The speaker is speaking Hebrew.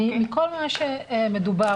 מכל מה שמדובר,